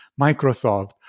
Microsoft